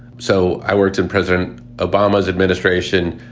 so i worked in president obama's administration.